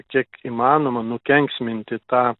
kiek įmanoma nukenksminti tą